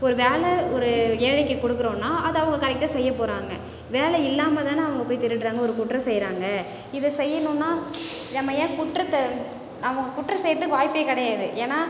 ஒரு வேலை ஒரு ஏழைக்கு கொடுக்கறோம்னா அதை அவுங்க கரெக்ட்டாக செய்யப் போகிறாங்க வேலை இல்லாமல் தானே அவங்க போய் திருடறாங்க ஒரு குற்றம் செய்கிறாங்க இதை செய்யணும்னால் நம்ம ஏன் குற்றத்தை அவங்க குற்றம் செய்கிறதுக்கு வாய்ப்பே கிடையாது ஏனால்